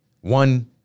one